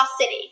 City